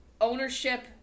Ownership